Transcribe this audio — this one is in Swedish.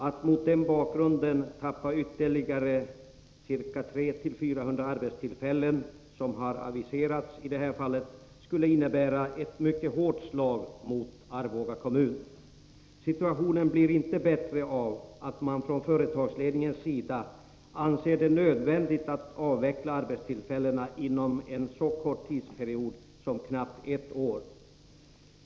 Att mot den bakgrunden tappa ytterligare 300-400 arbetstillfällen, vilket har aviserats, skulle innebära ett mycket hårt slag mot Arboga kommun. Situationen blir inte bättre av att man från företagsledningens sida anser det nödvändigt att avveckla arbetstillfällena inom en så kort tidsperiod som knappt ett år.